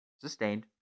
Sustained